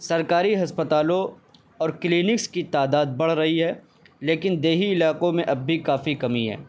سرکاری ہسپتالوں اور کلینکس کی تعداد بڑھ رہی ہے لیکن دیہی علاقوں میں اب بھی کافی کمی ہے